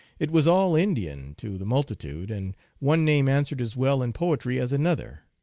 it was all indian to the multitude, and one name answered as well in poetry as another,